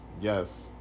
Yes